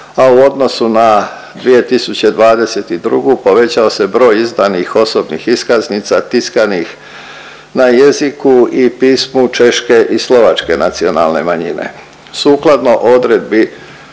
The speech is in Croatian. a u odnosu na 2022. povećao se broj izdanih osobnih iskaznica tiskanih na jeziku i pismu Češke i slovačke nacionalne manjine.